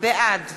בעד